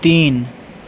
تین